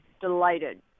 Delighted